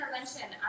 intervention